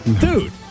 Dude